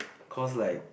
cause like